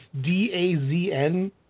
D-A-Z-N